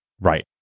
Right